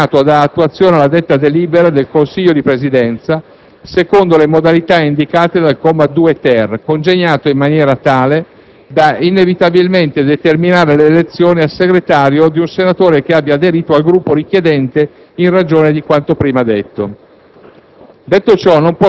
Il Presidente del Senato dà attuazione alla detta delibera del Consiglio di Presidenza secondo le modalità indicate dal comma 2-*ter*, congegnato in maniera tale da inevitabilmente determinare l'elezione a Segretario di un senatore che abbia aderito al Gruppo richiedente in ragione di quanto prima detto.